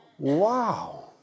Wow